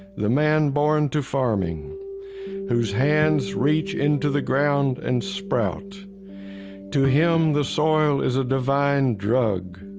the man born to farming whose hands reach into the ground and sprout to him the soil is a divine drug.